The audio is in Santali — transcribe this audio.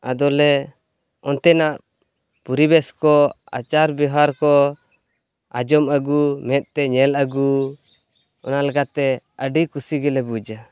ᱟᱫᱚᱞᱮ ᱚᱱᱛᱮᱱᱟᱜ ᱯᱩᱨᱤᱵᱮᱥᱠᱚ ᱟᱪᱟᱨᱼᱵᱮᱣᱦᱟᱨᱠᱚ ᱟᱡᱚᱢ ᱟᱹᱜᱩ ᱢᱮᱫᱛᱮ ᱧᱮᱞ ᱟᱹᱜᱩ ᱚᱱᱟ ᱞᱮᱠᱟᱛᱮ ᱟᱹᱰᱤ ᱠᱩᱥᱤᱜᱮ ᱞᱮ ᱵᱩᱡᱟ